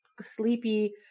sleepy